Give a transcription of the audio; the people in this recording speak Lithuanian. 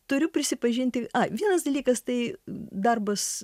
turiu prisipažinti vienas dalykas tai darbas